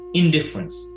indifference